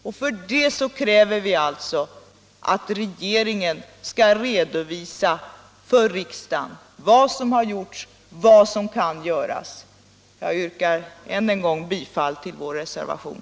Därför kräver vi att regeringen för riksdagen skall redovisa vad som har gjorts och vad som kan göras. Herr talman! Jag yrkar än en gång bifall till vår reservation.